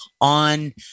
on